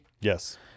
Yes